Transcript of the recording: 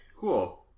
cool